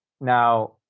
Now